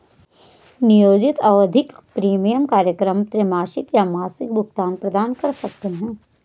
नियोजित आवधिक प्रीमियम कार्यक्रम त्रैमासिक या मासिक भुगतान प्रदान कर सकते हैं